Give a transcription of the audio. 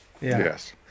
Yes